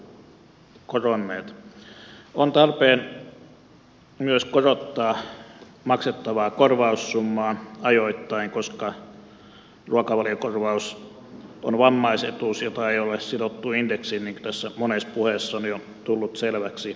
on tarpeen myös korottaa maksettavaa korvaussummaa ajoittain koska ruokavaliokorvaus on vammaisetuus jota ei ole sidottu indeksiin niin kuin tässä monessa puheessa on jo tullut selväksi